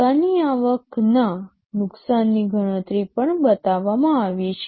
ટકાની આવકના નુકસાનની ગણતરી પણ બતાવવામાં આવી છે